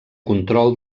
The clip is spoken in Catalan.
control